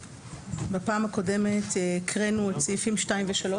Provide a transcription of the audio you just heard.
בפעם הקודמת הקראנו את סעיפים 2 ו-3.